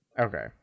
Okay